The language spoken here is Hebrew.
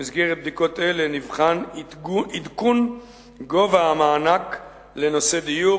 במסגרת בדיקות אלה נבחן עדכון גובה המענק לנושא הדיור,